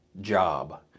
job